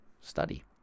study